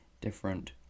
different